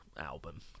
album